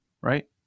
right